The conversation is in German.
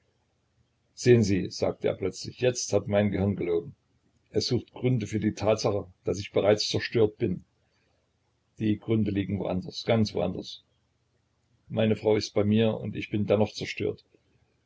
sehen sie sagte er plötzlich jetzt hat mein gehirn gelogen es sucht gründe für die tatsache daß ich bereits zerstört bin die gründe liegen wo anders ganz wo anders meine frau ist bei mir und ich bin dennoch zerstört